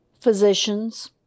physicians